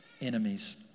enemies